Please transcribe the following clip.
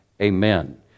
amen